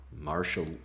Marshall